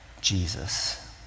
Jesus